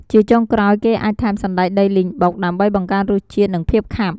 ជាចុងក្រោយ គេអាចថែមសណ្ដែកដីលីងបុក ដើម្បីបង្កើនរសជាតិ និងភាពខាប់។